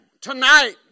tonight